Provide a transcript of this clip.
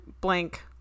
blank